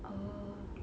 oh